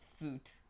suit